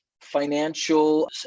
financial